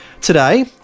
Today